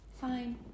fine